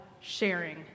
sharing